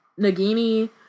Nagini